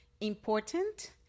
important